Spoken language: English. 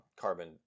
carbon